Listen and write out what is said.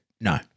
No